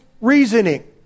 reasoning